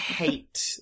hate